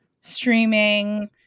streaming